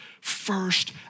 first